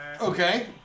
Okay